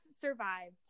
survived